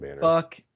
Fuck